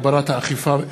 בטרור, התשע"ה 2015,